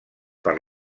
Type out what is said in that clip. per